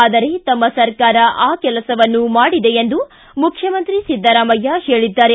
ಆದರೆ ತಮ್ಮ ಸರ್ಕಾರ ಆ ಕೆಲಸವನ್ನು ಮಾಡಿದೆ ಎಂದು ಮುಖ್ಯಮಂತ್ರಿ ಸಿದ್ದರಾಮಯ್ಯ ಹೇಳಿದ್ದಾರೆ